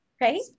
right